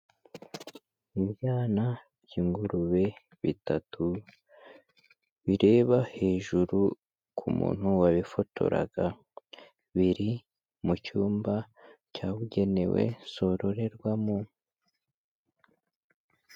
Ibyana by'ingurube bitatu bireba hejuru ku muntu wabifotoraga, biri mu cyumba cyabugenewe zororerwamo.